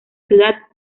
ciudad